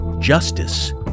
Justice